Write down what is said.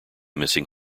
missing